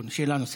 שאלה נוספת: